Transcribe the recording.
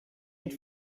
mit